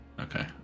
okay